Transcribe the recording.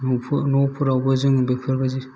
न'फोरावबो जोङो बेफोरबायदि